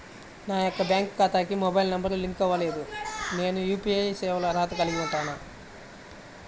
నా యొక్క బ్యాంక్ ఖాతాకి మొబైల్ నంబర్ లింక్ అవ్వలేదు నేను యూ.పీ.ఐ సేవలకు అర్హత కలిగి ఉంటానా?